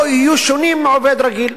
לא יהיו שונים משל עובד רגיל.